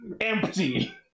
Empty